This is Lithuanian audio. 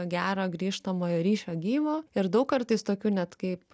gero grįžtamojo ryšio gyvo ir daug kartais tokių net kaip